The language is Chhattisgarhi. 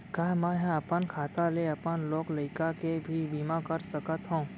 का मैं ह अपन खाता ले अपन लोग लइका के भी बीमा कर सकत हो